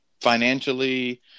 financially